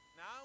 Now